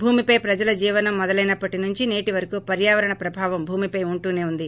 భూమిపై ప్రజల జీవనం మొదలైనప్పటి నుంచీ నేటి వరకు పర్యావరణ ప్రభావం భూమిపై వుంటూనే వుంది